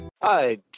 Hi